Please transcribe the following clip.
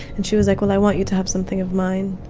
and she was like, well, i want you to have something of mine,